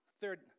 Third